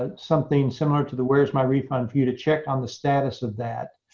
ah something similar to the where's my refund for you to check on the status of that.